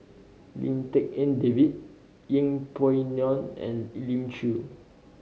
Lim Tik En David Yeng Pway Ngon and Elim Chew